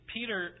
Peter